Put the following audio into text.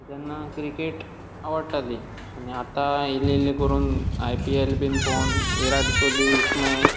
जेन्ना क्रिकेट आवडटाली आनी आता इल्ली इल्ली करून आयपिएल बी पळोवन विराट कोहली इज माय